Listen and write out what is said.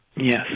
Yes